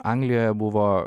anglijoje buvo